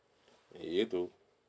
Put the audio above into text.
you too